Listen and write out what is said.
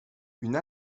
une